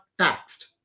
taxed